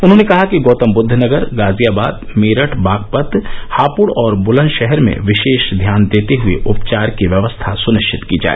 उन्होंने कहा कि गौतमबुद्ध नगर गाजियाबाद मेरठ बागपत हापड और बलदशहर में विशेष ध्यान देते हए उपचार की व्यवस्था सनिश्चित की जाए